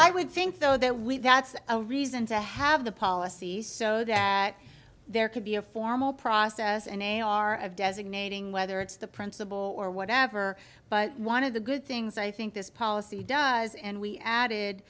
would think though that we that's a reason to have the policy so that there could be a formal process and they are of designating whether it's the principle or whatever but one of the good things i think this policy does and we added